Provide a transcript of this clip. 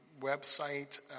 website